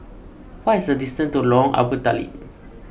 what is the distance to Lorong Abu Talib